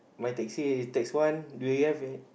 my taxi is tax one do you have it